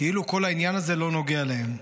כאילו כל העניין הזה לא נוגע להם.